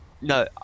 No